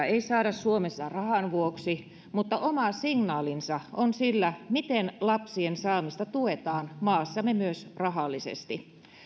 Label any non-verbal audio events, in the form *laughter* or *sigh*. *unintelligible* ei saada suomessa rahan vuoksi mutta oma signaalinsa on sillä miten lapsien saamista tuetaan maassamme myös rahallisesti